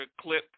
clip